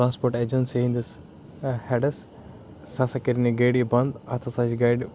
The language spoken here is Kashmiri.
ٹرانسپوٹ ایٚجَنسی ہٕنٛدِس ہیٚڈَس سُہ ہَسا کٔرِنۍ یہِ گٲڑی بَنٛد اتھ ہَسا چھ گاڑِ